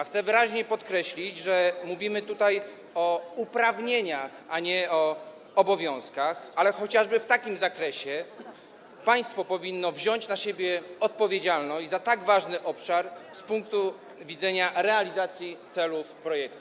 Chcę wyraźnie podkreślić, że mówimy tutaj o uprawnieniach, a nie o obowiązkach, ale chociażby w takim zakresie państwo powinno wziąć na siebie odpowiedzialność za tak ważny obszar z punktu widzenia realizacji celów projektu.